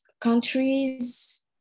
countries